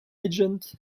agent